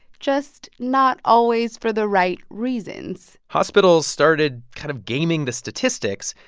just not always for the right reasons hospitals started kind of gaming the statistics.